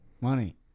money